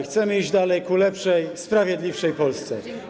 Chcemy iść dalej ku lepszej, sprawiedliwszej Polsce.